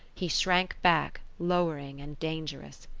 he shrank back, lowering and dangerous.